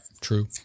true